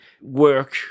work